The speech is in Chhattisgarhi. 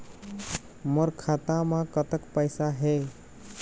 मोर खाता म कतक पैसा हे?